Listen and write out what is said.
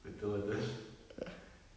betul betul